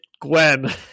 Gwen